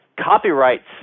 Copyrights